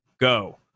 go